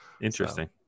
Interesting